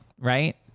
right